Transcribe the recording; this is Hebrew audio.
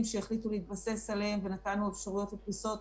שהחליטו להתבסס עליהן ונתנו אפשרויות לפריסות